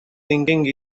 thinking